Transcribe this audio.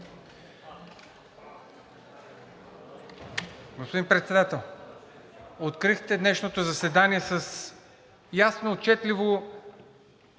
Господин Председател, открихте днешното заседание с ясно отчетливо